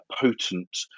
potent